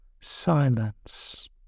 silence